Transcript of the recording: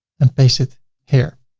and paste it here.